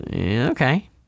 okay